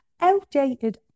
outdated